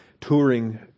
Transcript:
touring